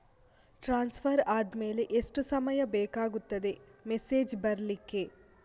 Transfer ಆದ್ಮೇಲೆ ಎಷ್ಟು ಸಮಯ ಬೇಕಾಗುತ್ತದೆ ಮೆಸೇಜ್ ಬರ್ಲಿಕ್ಕೆ?